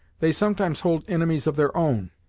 they sometimes hold inimies of their own.